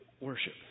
worship